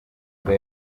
nda